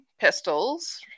pistols